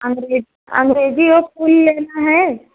अंग्रेज़ी अंग्रेज़ी और फूल लेना है